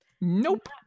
Nope